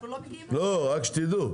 רק שתדעו.